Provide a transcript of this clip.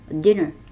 dinner